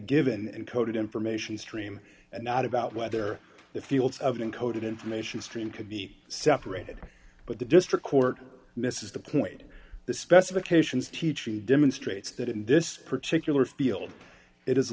given encoded information stream and not about whether the fields of encoded information stream could be separated but the district court misses the point the specifications teach he demonstrates that in this particular field it is